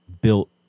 built